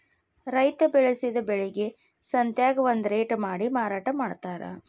ರೈತಾ ಬೆಳಸಿದ ಬೆಳಿಗೆ ಸಂತ್ಯಾಗ ಒಂದ ರೇಟ ಮಾಡಿ ಮಾರಾಟಾ ಮಡ್ತಾರ